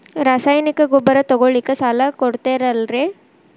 ರಾಸಾಯನಿಕ ಗೊಬ್ಬರ ತಗೊಳ್ಳಿಕ್ಕೆ ಸಾಲ ಕೊಡ್ತೇರಲ್ರೇ?